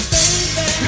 Baby